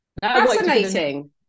Fascinating